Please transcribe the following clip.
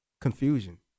confusion